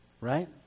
right